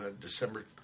December